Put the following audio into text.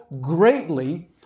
greatly